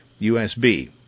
usb